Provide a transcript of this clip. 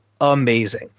amazing